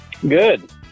Good